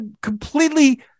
completely